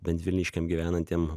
bent vilniškiam gyvenantiem